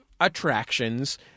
attractions